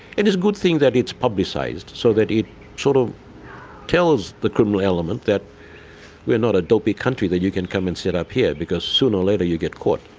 it is a good thing that it's publicised so that it sort of tells the criminal element that we're not a dopey country that you can come and set up here, because sooner or later you get caught.